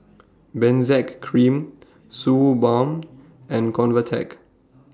Benzac Cream Suu Balm and Convatec